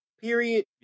period